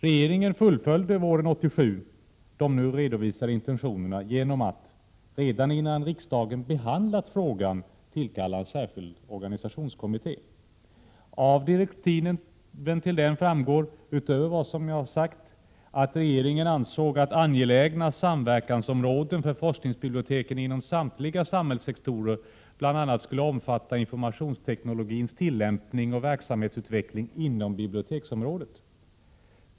Regeringen fullföljde våren 1987 de nu redovisade intentionerna genom att — redan innan riksdagen behandlat frågan — tillkalla en särskild organisationskommitté. Av direktiven framgår, utöver vad som redan sagts, att regeringen ansåg att angelägna samverkansområden för forskningsbiblioteken inom statliga samhällssektorer bl.a. skulle omfatta informationsteknologins tillämpning och verksamhetsutveckling inom biblioteksområdet.